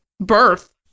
birth